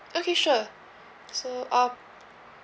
okay sure so um